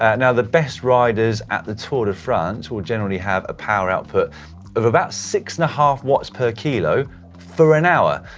and the best riders at the tour de france would generally have a power output of about six and a half watts per kilo through an hour.